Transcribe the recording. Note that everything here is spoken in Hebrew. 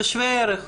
בשווה ערך.